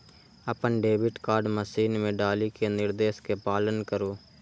अपन debit card machine मे डालि कें निर्देश के पालन करु